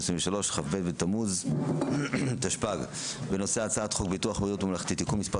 כ"ב בתמוז התשפ"ג בנושא הצעת חוק ביטוח בריאות ממלכתי (תיקון מס'